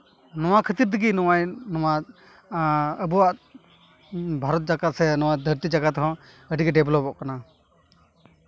ᱱᱚᱣᱟ ᱠᱷᱟᱹᱛᱤᱨ ᱛᱮᱜᱮ ᱱᱚᱣᱟ ᱟᱵᱚᱣᱟᱜ ᱵᱷᱟᱨᱚᱛ ᱡᱟᱠᱟᱛ ᱥᱮ ᱱᱚᱣᱟ ᱫᱷᱟᱹᱨᱛᱤ ᱡᱟᱠᱟᱛ ᱦᱚᱸ ᱟᱹᱰᱤᱜᱮ ᱰᱮᱵᱷᱞᱚᱵᱚᱜ ᱠᱟᱱᱟ